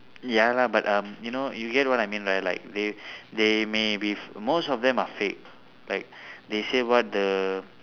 ya lah but um you know you get what I mean right like they they may be most of them are fake like they say what the